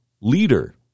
leader